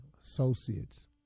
associates